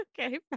Okay